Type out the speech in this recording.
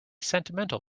sentimental